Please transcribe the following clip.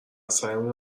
سعیمون